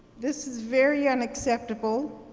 this is very unacceptable,